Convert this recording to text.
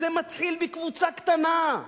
זה מתחיל מקבוצה קטנה,